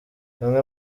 bamwe